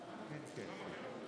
והתעשייה נתקבלה.